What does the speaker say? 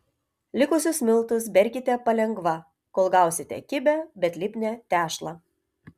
likusius miltus berkite palengva kol gausite kibią bet lipnią tešlą